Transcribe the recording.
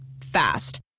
Fast